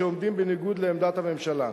שעומדים בניגוד לעמדת הממשלה.